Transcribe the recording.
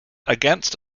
against